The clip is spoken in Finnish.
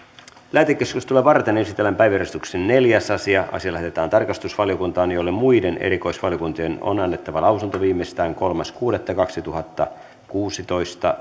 lähetekeskustelua varten esitellään päiväjärjestyksen neljäs asia asia lähetetään tarkastusvaliokuntaan jolle muiden erikoisvaliokuntien on annettava lausunto viimeistään kolmas kuudetta kaksituhattakuusitoista